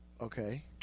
Okay